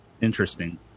interesting